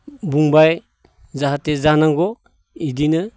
बुंबाय जाहाथे जानांगौ इदिनो